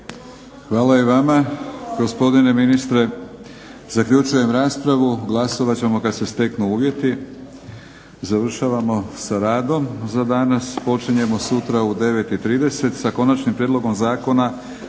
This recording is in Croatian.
Hvala i vama gospodine ministre. Zaključujem raspravu. Glasovat ćemo kad se steknu uvjeti. Završavamo sa radom za danas. Počinjemo sutra u 9,30 sa Konačnim prijedlogom zakona